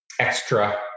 extra